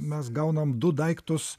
mes gaunam du daiktus